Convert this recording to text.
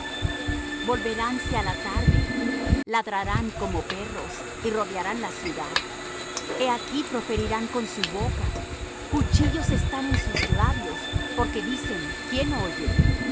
iniquidad selah volveránse á la tarde ladrarán como perros y rodearán la ciudad he aquí proferirán con su boca cuchillos están en sus labios porque dicen quién oye